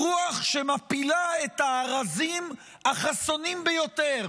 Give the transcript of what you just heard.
רוח שמפילה את הארזים החסונים ביותר